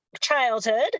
childhood